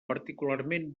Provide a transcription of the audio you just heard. particularment